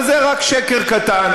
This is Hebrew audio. אבל זה רק שקר קטן.